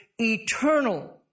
eternal